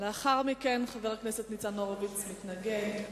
לאחר מכן חבר הכנסת ניצן הורוביץ מתנגד.